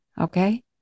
Okay